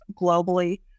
globally